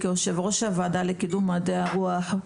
כיושבת ראש הוועדה לקידום מדעי הרוח,